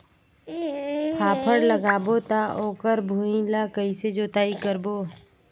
फाफण लगाबो ता ओकर भुईं ला कइसे जोताई करबो?